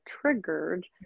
triggered